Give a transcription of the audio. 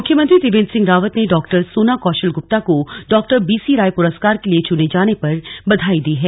मुख्यमंत्री त्रिवेन्द्र सिंह रावत ने डॉ सोना कौशल गुप्ता को डॉ बीसीराय पुरस्कार के लिए चुने जाने पर बधाई दी है